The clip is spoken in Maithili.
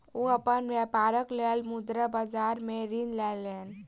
ओ अपन व्यापारक लेल मुद्रा बाजार सॅ ऋण लेलैन